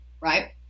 Right